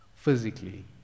Physically